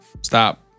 Stop